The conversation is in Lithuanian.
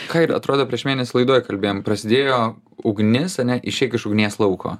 ką ir atrodo prieš mėnesį laidoj kalbėjom prasidėjo ugnis ane išeik iš ugnies lauko